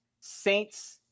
Saints